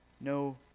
no